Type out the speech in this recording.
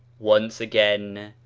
once again,